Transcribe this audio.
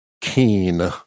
keen